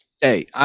Hey